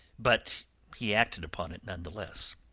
but he acted upon it none the less.